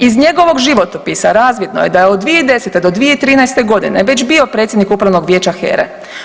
Iz njegovog životopisa razvidno je da je od 2010. do 2013. godine već bio predsjednik Upravnog vijeća HERE.